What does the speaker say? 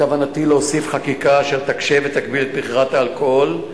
בכוונתי להוסיף חקיקה אשר תקשה ותגביל את מכירת האלכוהול,